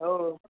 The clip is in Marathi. हो